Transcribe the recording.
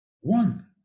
one